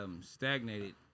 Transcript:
stagnated